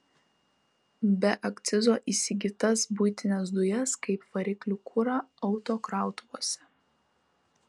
be akcizo įsigytas buitines dujas kaip variklių kurą autokrautuvuose